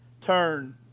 Turn